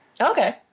Okay